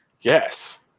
Yes